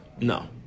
No